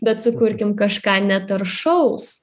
bet sukurkim kažką netaršaus